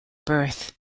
birth